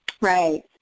Right